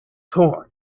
torn